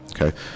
Okay